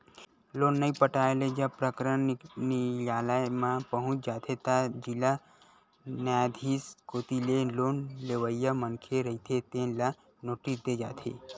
loan नइ पटाए ले जब प्रकरन नियालय म पहुंच जाथे त जिला न्यायधीस कोती ले लोन लेवइया मनखे रहिथे तेन ल नोटिस दे जाथे